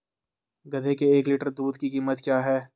गधे के एक लीटर दूध की कीमत क्या है?